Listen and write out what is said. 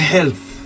Health